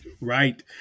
Right